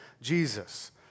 Jesus